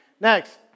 Next